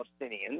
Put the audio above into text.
Palestinians